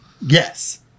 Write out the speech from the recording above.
yes